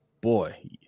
boy